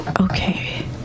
Okay